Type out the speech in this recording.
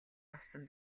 авсан